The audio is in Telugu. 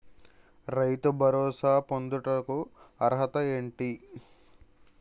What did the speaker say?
రైతు భరోసా పొందుటకు అర్హత ఏంటి?